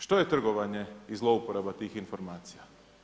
Što je trgovanje i zlouporaba tih informacija?